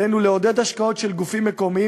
עלינו לעודד השקעות של גופים מקומיים